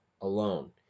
alone